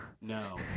no